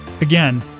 Again